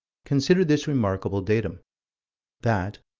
consider this remarkable datum that,